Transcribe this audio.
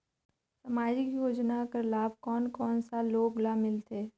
समाजिक योजना कर लाभ कोन कोन सा लोग ला मिलथे?